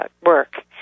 work